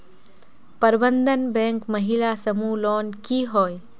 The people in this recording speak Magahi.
प्रबंधन बैंक महिला समूह लोन की होय?